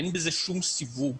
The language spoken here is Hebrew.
אין בזה שום סיווג,